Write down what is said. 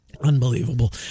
Unbelievable